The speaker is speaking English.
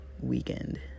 weekend